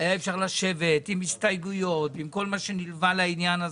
היה אפשר לשבת עם הסתייגויות ועם כל מה שנלווה לעניין הזה,